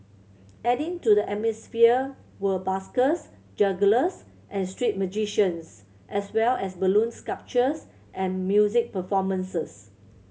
adding to the atmosphere were buskers jugglers and street magicians as well as balloon sculptures and music performances